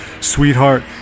sweetheart